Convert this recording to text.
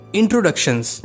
introductions।